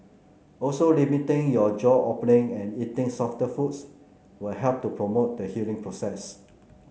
also limiting your jaw opening and eating softer foods will help to promote the healing process